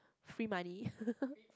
free money